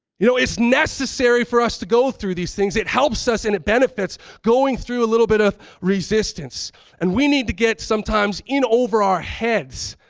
you know, it's necessary for us to go through these things. it helps us and it benefits going through a little bit of resistance and we need to get sometimes in over our heads,